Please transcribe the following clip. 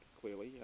clearly